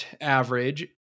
average